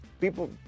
People